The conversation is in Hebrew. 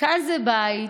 "כאן זה בית,